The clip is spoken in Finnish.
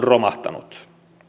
romahtanut